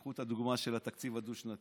קחו את הדוגמה של התקציב הדו-שנתי.